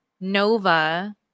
Nova